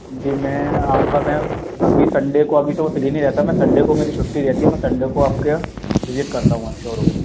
जी मैं आऊँगा मैम अभी संडे को अभी तो फ्री नहीं रहता मैं संडे को मेरी छुट्टी रहती है मैं संडे को आपके यहाँ विज़िट करता हूँ शोरूम